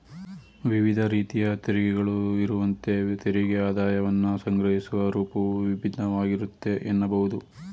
ವಿವಿಧ ರೀತಿಯ ತೆರಿಗೆಗಳು ಇರುವಂತೆ ತೆರಿಗೆ ಆದಾಯವನ್ನ ಸಂಗ್ರಹಿಸುವ ರೂಪವು ಭಿನ್ನವಾಗಿರುತ್ತೆ ಎನ್ನಬಹುದು